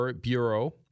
bureau